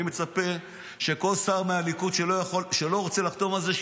אני מצפה שכל שר מהליכוד שלא רוצה לחתום על זה,